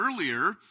earlier